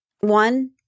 one